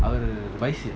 வயசு:vayasu